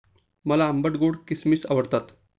मला आंबट गोड किसमिस आवडतात